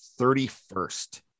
31st